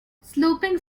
sloping